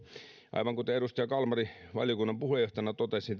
aivan kuten edustaja kalmari valiokunnan puheenjohtajana totesi